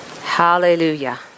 Hallelujah